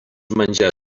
menjar